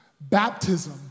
baptism